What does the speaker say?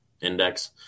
index